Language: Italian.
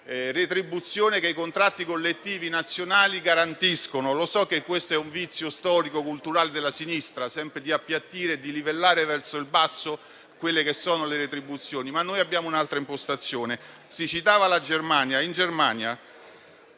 retribuzione che i contratti collettivi nazionali garantiscono. Lo so che questo è un vizio storico e culturale della sinistra, ossia quello di appiattire e di livellare sempre verso il basso le retribuzioni, ma noi abbiamo un'altra impostazione. Si citava la Germania, ma in